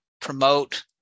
promote